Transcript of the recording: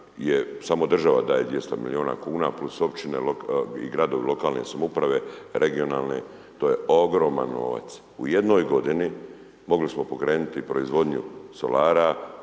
samo država daje 200 milijuna kuna + općine i gradovi lokalne samouprave, regionalne, to je ogroman novac. U jednoj godini mogli smo pokrenuti proizvodnju solara,